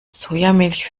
sojamilch